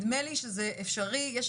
במהירות האפשרית את